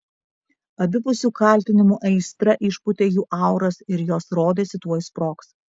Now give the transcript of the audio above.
abipusių kaltinimų aistra išpūtė jų auras ir jos rodėsi tuoj sprogs